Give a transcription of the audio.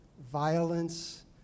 violence